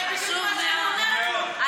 זה בדיוק מה שאני אומרת לו.